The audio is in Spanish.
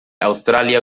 australia